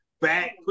back